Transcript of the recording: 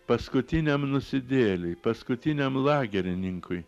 paskutiniam nusidėjėliui paskutiniam lagerininkui